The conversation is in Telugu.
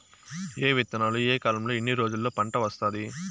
ఏ విత్తనాలు ఏ కాలంలో ఎన్ని రోజుల్లో పంట వస్తాది?